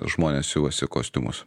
žmonės siuvasi kostiumus